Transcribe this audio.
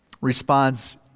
responds